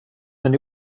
then